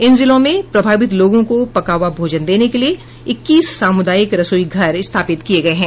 इन जिलों में प्रभावित लोगों को पका हुआ भोजन देने के लिए इक्कीस सामुदायिक रसोई घर स्थापित किये गये हैं